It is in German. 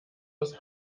aus